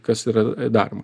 kas yra daroma